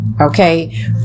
okay